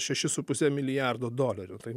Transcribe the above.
šešis su puse milijardo dolerių tai